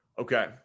Okay